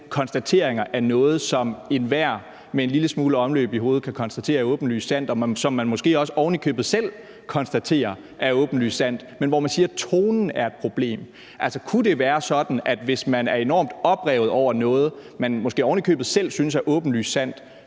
konstateringer af noget, som enhver med en lille smule omløb i hovedet kan konstatere er åbenlyst sandt, og som man måske også ovenikøbet selv konstaterer er åbenlyst sandt. Men så siger man, at tonen er et problem. Altså, kunne det være sådan, at hvis man er enormt oprevet over noget, som man måske ovenikøbet selv synes er åbenlyst sandt,